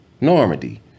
Normandy